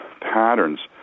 patterns